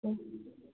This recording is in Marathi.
हो